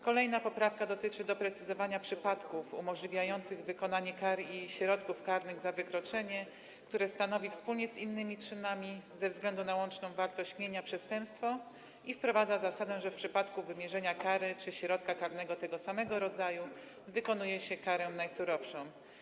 Kolejna poprawka dotyczy doprecyzowania przypadków umożliwiających wykonanie kar i środków karnych za wykroczenie, które stanowi, wspólnie z innymi czynami, ze względu na łączną wartość mienia przestępstwo, i wprowadza zasadę, że w przypadku wymierzenia kary czy środka karnego tego samego rodzaju wykonuje się karę najsurowszą.